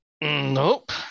Nope